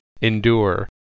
endure